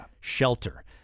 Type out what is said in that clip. Shelter